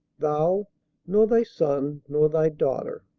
thou nor thy son, nor thy daughter